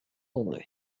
andré